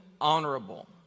honorable